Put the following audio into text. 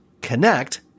connect